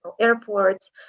airports